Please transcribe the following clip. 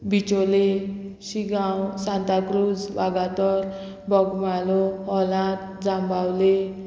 बिचोले शिगांव सांता क्रूज वागातोर बोगमालो हॉलांत जांबावले